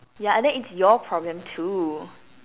ya and then it's your problem too